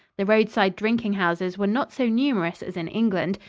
the roadside drinking-houses were not so numerous as in england,